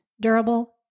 durable